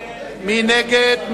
מי נגד?